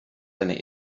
seine